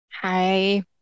Hi